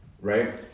right